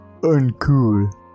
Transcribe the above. uncool